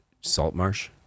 Saltmarsh